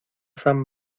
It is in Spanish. san